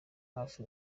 hafi